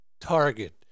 target